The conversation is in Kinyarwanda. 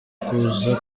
kuza